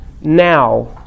now